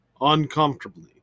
uncomfortably